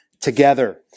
together